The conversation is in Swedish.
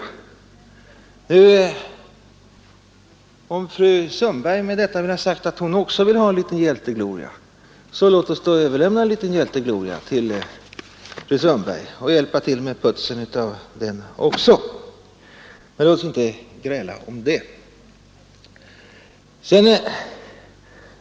Om nu fru Sundberg med detta vill ha sagt att hon också vill ha en liten hjältegloria, så låt mig då överlämna en liten hjältegloria till fru Sundberg och hjälpa till med putsningen av den också. Men låt oss inte gräla om det.